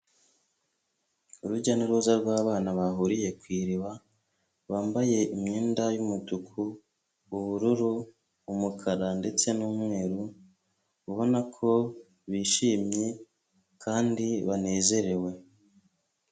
Urujya n'uruza rw'abana bahuriye ku iriba, bambaye imyenda y'umutuku, ubururu, umukara, ndetse n'umweru, ubona ko bishimye, kandi banezerewe.